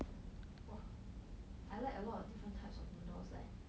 !wah! I like a lot of different types of noodles leh